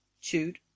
Chewed